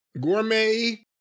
Gourmet